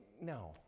No